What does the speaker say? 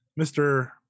Mr